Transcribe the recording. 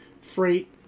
freight